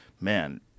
man